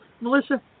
Melissa